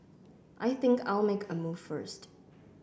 I think I'll make a move first